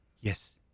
Yes